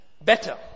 better